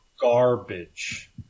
Garbage